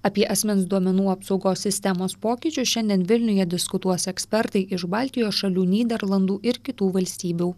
apie asmens duomenų apsaugos sistemos pokyčius šiandien vilniuje diskutuos ekspertai iš baltijos šalių nyderlandų ir kitų valstybių